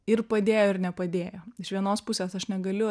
ir padėjo ir nepadėjo iš vienos pusės aš negaliu